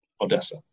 Odessa